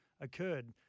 occurred